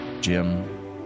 Jim